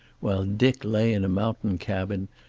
while dick lay in a mountain cabin,